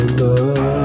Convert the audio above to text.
love